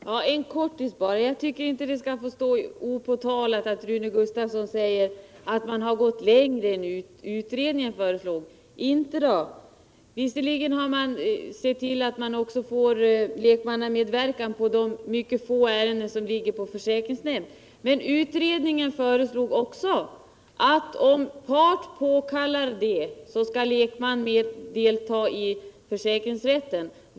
Herr talman! Jag tycker inte att det skall få stå oemotsagt i protokollet att Rune Gustavsson säger att han har gått längre än vad utredningen förslog. Inte då! Visserligen har han sett till att man får lekmannamedverkan vid de mycket få ärenden som ligger på försäkringsnämnd, men utredningen föreslog ju också att om part påkallar det, skall lekmän delta i försäkringsrätten.